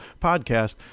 podcast